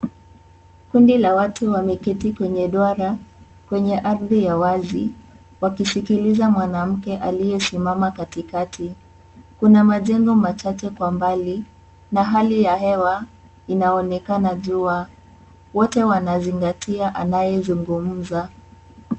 Kundi la watu wameketi kwenye duara kwenye ardhi ya wazi wakisikiliza mwanamke aliyesimama katikati. Kuna majengo machache kwa mbali na hali ya hewa inaonekana jua. Wote wanazingatia anayezungumza.